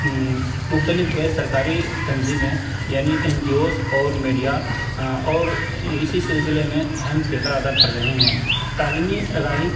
مختلف غیر سرکاری تنظیمیں یعنی این جی اوز اور میڈیا اور اسی سلسلے میں اہم کردار ادا کر رہے ہیں تعلیمی آگاہی